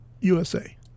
USA